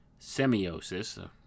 semiosis